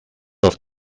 auf